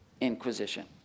inquisition